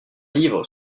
livre